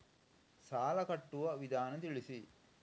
ಸಾಲ ಕಟ್ಟುವ ವಿಧಾನ ತಿಳಿಸಿ?